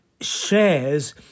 shares